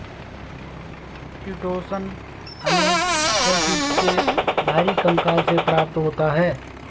chitosan हमें shellfish के बाहरी कंकाल से प्राप्त होता है